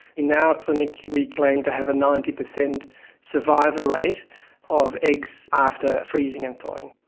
in our clinic we claim to have a ninety percent survival rate of eggs after freezing and thawing.